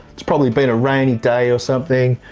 it's probably been a rainy day or something,